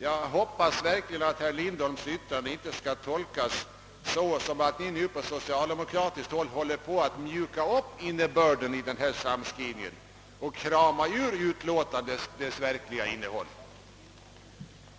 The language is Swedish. Jag hoppas verkligen att herr Lindholms yttrande inte skall tolkas så, att man nu på socialdemokratiskt håll försöker mjuka upp innebörden i denna samskrivning och krama ur utlåtandet dess verkliga innehåll.